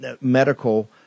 medical